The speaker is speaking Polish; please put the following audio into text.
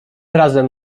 razem